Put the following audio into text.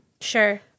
Sure